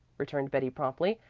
returned betty promptly,